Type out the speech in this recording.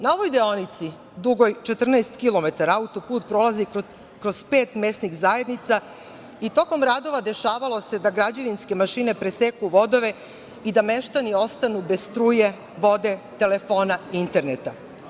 Na ovoj deonici dugoj 14 kilometara autoput prolazi kroz pet mesnih zajednica i tokom radova dešavalo se da građevinske mašine preseku vodove i da meštani ostanu bez struje, vode, telefona i interneta.